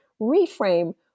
Reframe